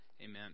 Amen